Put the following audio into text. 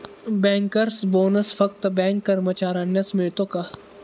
Bankers bonus फक्त bank कर्मचाऱ्यांनाच मिळतो का?